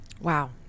wow